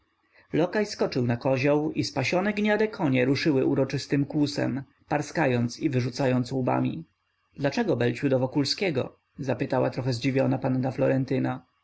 lokaj skoczył na kozioł i spasione gniade konie ruszyły uroczystym kłusem parskając i wyrzucając łbami dlaczego belciu do wokulskiego zapytała trochę zdziwiona panna florentyna